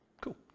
Cool